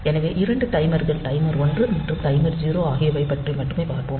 எனவே 2 டைமர்கள் டைமர் 1 மற்றும் டைமர் 0 ஆகியவைப் பற்றி மட்டும் பார்ப்போம்